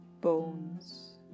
bones